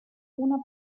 una